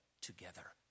together